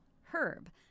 Herb